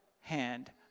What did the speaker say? hand